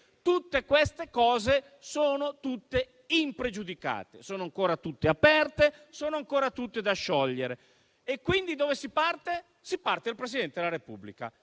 Queste cose sono tutte impregiudicate, sono ancora tutte aperte, sono ancora tutte da sciogliere, però si è partiti dal Presidente della Repubblica;